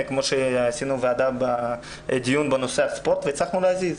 כמו שעשינו דיון בנושא הספורט והצלחנו להזיז.